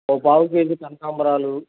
ఒక పావు కేజీ కనకాంబరాలు